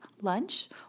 lunch